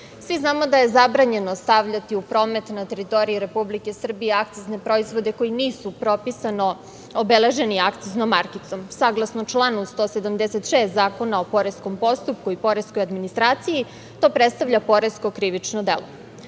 znamo da je zabranjeno stavljati u promet na teritoriji Republike Srbije akcizne proizvode koji nisu propisano obeleženi akciznom markicom. Saglasno članu 176. Zakona o poreskom postupku i poreskoj administraciji to predstavlja poresko krivično